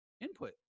input